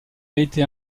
été